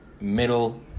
middle